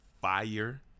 fire